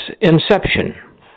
inception